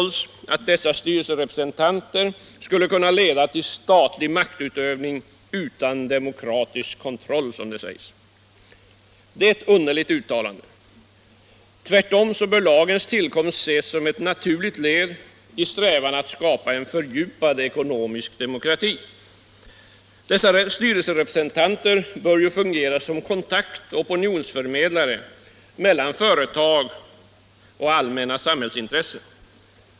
Det är ett underligt uttalande. Tvärtom bör lagens tillkomst ses som ett naturligt led i strävan mot en fördjupad ekonomisk demokrati. Dessa styrelserepresentanter bör ju fungera som kontakt och opinionsförmedlare mellan företag och allmänna samhällsintressen.